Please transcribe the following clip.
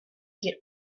get